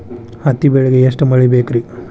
ಹತ್ತಿ ಬೆಳಿಗ ಎಷ್ಟ ಮಳಿ ಬೇಕ್ ರಿ?